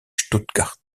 stuttgart